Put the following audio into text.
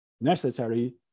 necessary